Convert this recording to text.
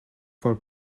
for